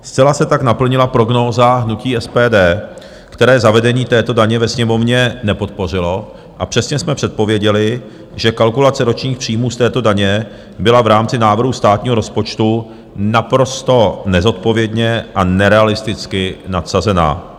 Zcela se tak naplnila prognóza hnutí SPD, které zavedení této daně ve Sněmovně nepodpořilo, a přesně jsme předpověděli, že kalkulace ročních příjmů z této daně byla v rámci návrhu státního rozpočtu naprosto nezodpovědně a nerealisticky nadsazená.